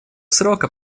срока